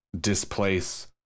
displace